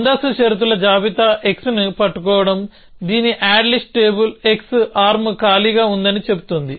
ముందస్తు షరతుల జాబితా xని పట్టుకోవడం దీని add list table x arm ఖాళీగా ఉందని చెబుతుంది